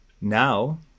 Now